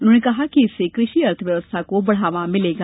उन्होंने कहा कि इससे कृषि अर्थव्यवस्था को बढ़ावा मिलेगा